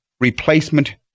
replacement